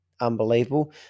unbelievable